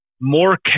more